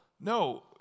No